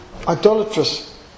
idolatrous